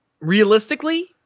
realistically